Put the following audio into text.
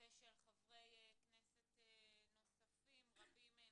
ושל חברי כנסת רבים נוספים.